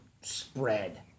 spread